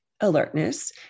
alertness